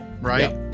right